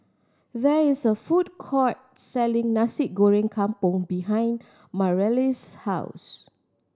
there is a food court selling Nasi Goreng Kampung behind Mareli's house